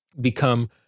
become